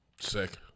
Sick